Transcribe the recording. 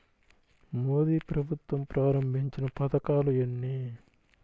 మోదీ ప్రభుత్వం ప్రారంభించిన పథకాలు ఎన్ని?